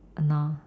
!hannor!